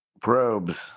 Probes